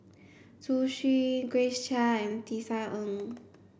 Zhu Xu Grace Chia and Tisa Ng